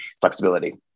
flexibility